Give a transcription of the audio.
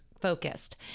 focused